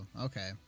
okay